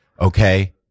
Okay